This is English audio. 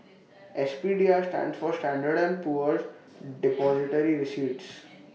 S P D R stands for standard and Poor's Depository receipts